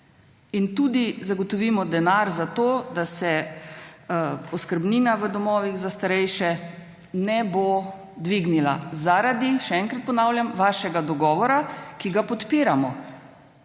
in tudi zagotovimo denar za to, da se oskrbnina v domovih za starejše ne bo dvignila zaradi, še enkrat ponavljam, vašega dogovora, ki ga podpiramo.